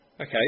Okay